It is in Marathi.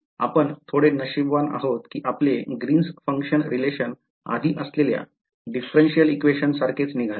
आपण थोडे नशीबवान आहोत कि आपले ग्रीन्स function relation आधी असलेल्या differential equation सारखेच निघाले